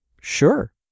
Sure